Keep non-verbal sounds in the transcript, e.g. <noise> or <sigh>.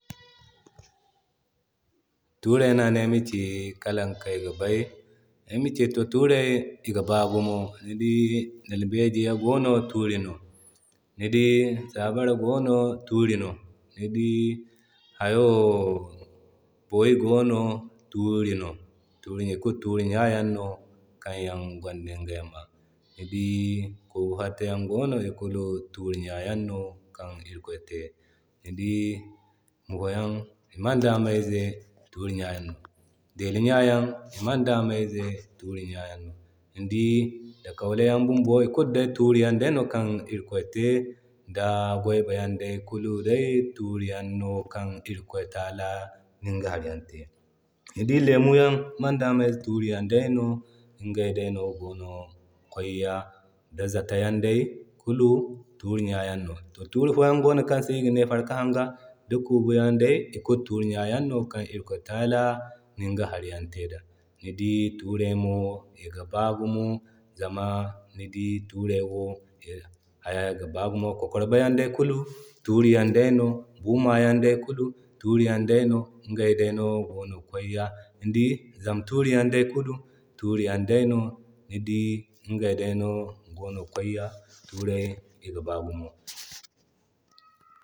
<noise> Tuurey no ane ayama ci kaley wokan yan ayga bay. Ay ma ci to tuurey iga ba gumo, ni dii dalbejiya gono tuuri no, ni dii sabara gono turi no, ni dii hayo <hesitation> boyi gono turi no, tuuri na kulu tuuri no kan yan gonda ingay ma. Ni dii kuuba fatto yan gono ikulu turinyaŋ no kan irikoy te. Ni dii mufayan ikulu turinyan no, deli yan i manda me tuuriyan no, ni dii dakauliyan bumbo ikulu day tuuri yan day no kan irikoy tala niga hari yaŋ te. Ni dii lemo yaŋ madame turiyan day no, iŋgay day no gi kway ya di zata yan day ikulu turiyano. To tuuri yaŋ foyan goono kan se iga ne Farka hanga da kuubi yan day, ikulu tuuriyan no kan irikoy tala niga hari yan te da. Ni dii turaymo iga baa gumo, zama ni dii turaymo haya ga baa gumo, kwakwarbe Yan day kulu tuuriyan day no, gumayan day kulu tuuriyan day no, igay day no go no ki kway ya. Ni dii zamturiyan day kulu tuuriyan no ni dii igay day no gogi kway ya turay iga baa gumo. <noise>